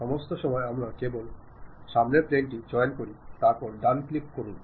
ചില വിവരങ്ങൾ അനുഭവങ്ങൾ അല്ലെങ്കിൽ ചില വസ്തുതകൾ പങ്കിടുക